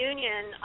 Union